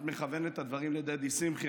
את מכוונת את הדברים לדידי שמחי.